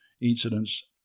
incidents